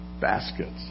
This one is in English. baskets